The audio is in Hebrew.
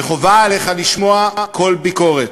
וחובה עליך לשמוע כל ביקורת.